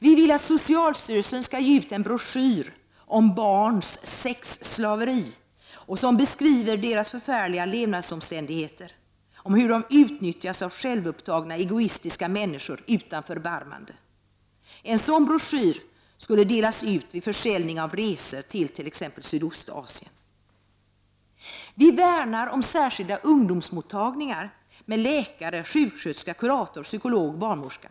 Vi vill att socialstyrelsen skall ge ut en broschyr om barns sexslaveri — en broschyr som beskriver deras förfärliga levnadsomständigheter, hur de utnyttjas av självupptagna, egoistiska människor utan förbarmande. En sådan broschyr skulle delas ut vid försäljning av resor till t.ex. Sydostasien. Vi värnar om särskilda ungdomsmottagningar med läkare, sjuksköterska, kurator, psykolog och barnmorska.